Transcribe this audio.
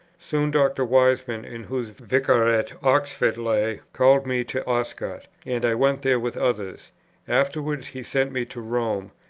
soon, dr. wiseman, in whose vicariate oxford lay, called me to oscott and i went there with others afterwards he sent me to rome,